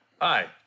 Hi